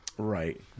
Right